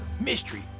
mystery